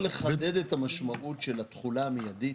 לחדד את המשמעות של התחולה המיידית?